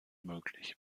möglich